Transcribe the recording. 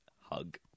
hug